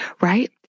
right